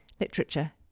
Literature